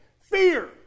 Fear